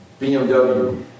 BMW